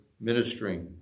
Ministering